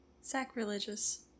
sacrilegious